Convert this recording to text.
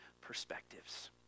perspectives